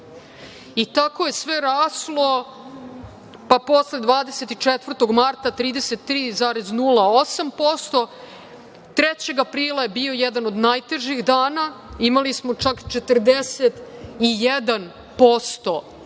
i tako je sve raslo, pa posle 24. marta 33,08%, 3. aprila je bio jedan od najtežih dana, imali smo čak 41%